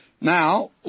Now